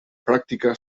práctica